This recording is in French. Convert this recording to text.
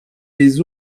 des